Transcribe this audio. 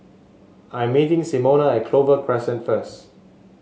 I'm meeting Simona at Clover Crescent first